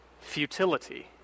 futility